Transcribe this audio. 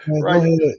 right